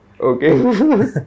Okay